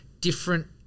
different